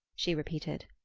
she repeated.